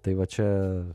tai va čia